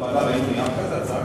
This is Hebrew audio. יש הצעה כזאת?